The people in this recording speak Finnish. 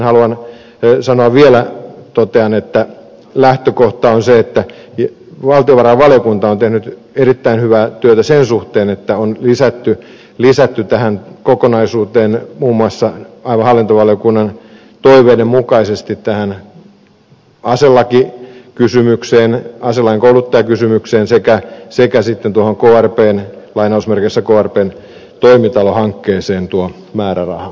haluan vielä todeta että lähtökohta on se että valtiovarainvaliokunta on tehnyt erittäin hyvää työtä sen suhteen että on lisätty tähän kokonaisuuteen muun muassa aivan hallintovaliokunnan toiveiden mukaisesti aselakikysymykseen aselain kouluttajakysymykseen sekä sitten tuohon lainausmerkeissä sanottuna krpn toimitalohankkeeseen tuo määräraha